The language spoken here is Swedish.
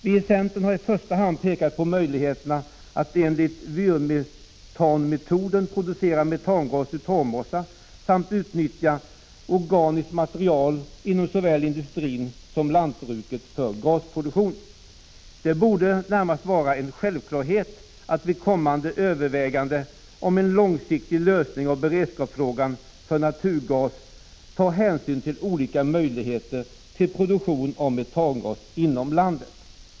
Viicentern har i första hand pekat på möjligheten att enligt Vyrmetanmetoden producera metangas ur torvmossar samt utnyttja organiskt material inom industrin och lantbruket för gasproduktion. Det borde närmast vara en självklarhet att vid kommande överväganden om en långsiktig lösning av beredskapsfrågan om naturgas ta hänsyn till olika möjligheter till produktion av metangas inom landet.